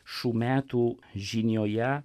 šių metų žinioje